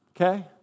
okay